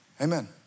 Amen